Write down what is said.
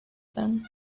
them